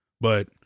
but-